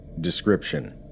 Description